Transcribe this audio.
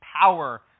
power